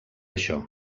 això